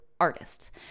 artists